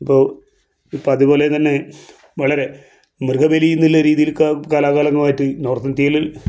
ഇപ്പോൾ ഇപ്പം അതുപോലെ തന്നെ വളരെ മൃഗബലിയെന്നുള്ളൊരു രീതിയിലൊക്കെ കാലാകാലങ്ങളായിട്ട് നോർത്ത് ഇന്ത്യയിൽ